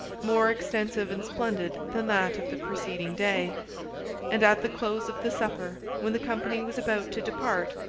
more extensive and splendid than that of the preceding day and at the close of the supper, when the company was about to depart,